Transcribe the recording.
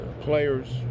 players